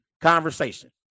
conversation